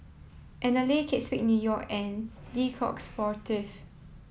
Anlene Kate Spade New York and Le Coq Sportif